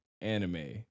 anime